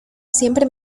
siempre